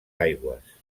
aigües